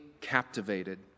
captivated